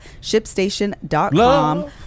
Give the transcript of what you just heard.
ShipStation.com